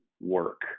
work